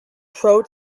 pro